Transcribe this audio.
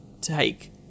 take